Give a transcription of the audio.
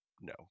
no